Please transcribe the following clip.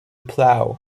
plough